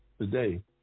today